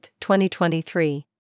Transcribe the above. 2023